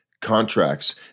contracts